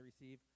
receive